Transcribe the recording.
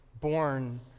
born